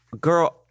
girl